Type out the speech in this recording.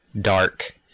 dark